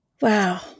Wow